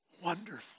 wonderful